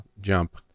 jump